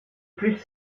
plus